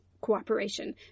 cooperation